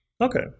okay